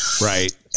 right